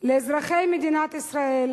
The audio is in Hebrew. לאזרחי מדינת ישראל,